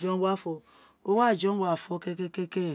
jọn gba fọ wo gba jọn gba fo kẹkẹ kẹkẹ